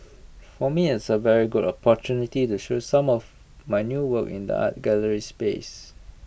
for me it's A very good opportunity to show some of my new work in the art gallery space